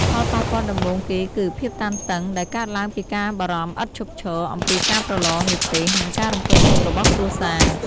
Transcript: ផលប៉ះពាល់ដំបូងគេគឺ ភាពតានតឹង ដែលកើតឡើងពីការបារម្ភឥតឈប់ឈរអំពីការប្រឡង និទ្ទេស និងការរំពឹងទុករបស់គ្រួសារ។